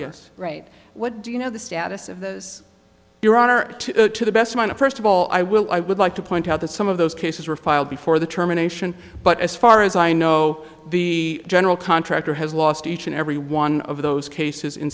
yes right what do you know the status of this your honor to the best man to first of all i will i would like to point out that some of those cases were filed before the terminations but as far as i know the general contractor has lost each and every one of those cases in